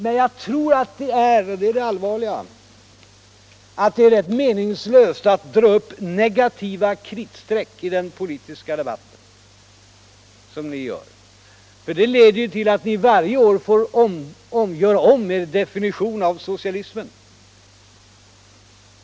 Men jag tror att det är — och det är det allvarliga — rätt meningslöst att dra upp negativa kritstreck i den politiska debatten som ni gör, för det leder ju till att ni varje år får göra om er definition av socialismen.